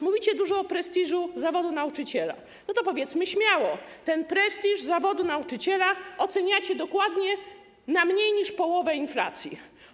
Mówicie dużo o prestiżu zawodu nauczyciela, to powiedzmy śmiało: ten prestiż zawodu nauczyciela oceniacie dokładnie na mniej niż połowę inflacji.